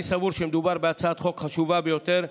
אני סבור שמדובר בהצעת חוק חשובה ביותר,